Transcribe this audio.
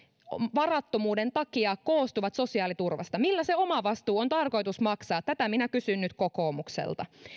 varattomuuden takia koostuvat sosiaaliturvasta millä se omavastuu on tarkoitus maksaa tätä minä kysyn nyt kokoomukselta